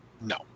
no